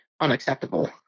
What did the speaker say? unacceptable